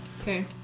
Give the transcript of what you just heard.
Okay